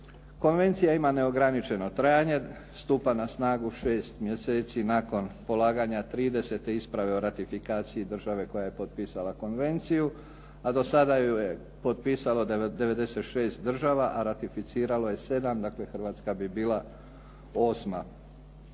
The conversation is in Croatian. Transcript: Konvencija ima neograničeno trajanje. Stupa na snagu šest mjeseci nakon polaganja tridesete isprave o ratifikacije države koja je potpisala konvenciju, a do sada ju je potpisalo 96 država, a ratificiralo je sedam. Dakle, Hrvatska bi bila